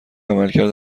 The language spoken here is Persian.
عملکرد